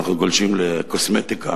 גולשים לקוסמטיקה,